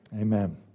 Amen